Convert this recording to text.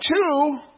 two